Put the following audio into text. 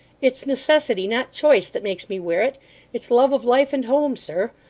it's necessity, not choice, that makes me wear it it's love of life and home, sir.